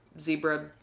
Zebra